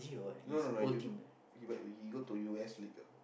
no no no you he but he go to U_S later